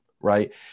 right